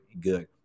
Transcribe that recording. good